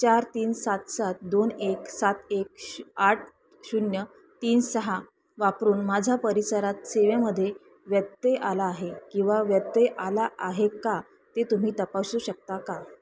चार तीन सात सात दोन एक सात एक श आठ शून्य तीन सहा वापरून माझा परिसरात सेवेमध्ये व्यत्यय आला आहे किंवा व्यत्यय आला आहे का ते तुम्ही तपासू शकता का